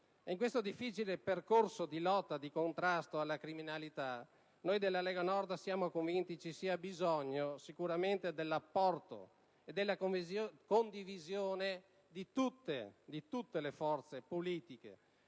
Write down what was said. In questo difficile percorso di lotta e di contrasto alla criminalità, noi della Lega Nord siamo convinti ci sia bisogno dell'apporto e della condivisione di tutte le forze politiche;